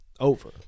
Over